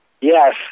Yes